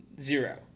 zero